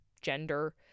gender